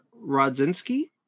Rodzinski